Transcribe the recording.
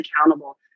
accountable